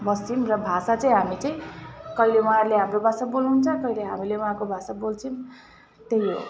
बस्छौँ र भाषा चाहिँ हामी चाहिँ कहिले उहाँहरूले हाम्रो भाषा बोल्नु हुन्छ कहिले हामीले उहाँको भाषा बोल्छौँ त्यही हो